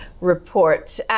report